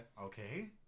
Okay